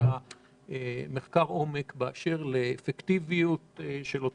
סטטיסטיקה באשר לאפקטיביות שלה